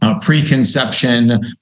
preconception